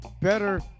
better